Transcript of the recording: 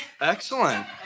Excellent